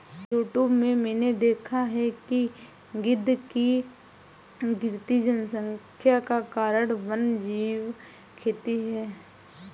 YouTube में मैंने देखा है कि गिद्ध की गिरती जनसंख्या का कारण वन्यजीव खेती है